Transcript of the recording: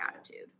attitude